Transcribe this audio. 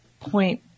point